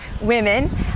women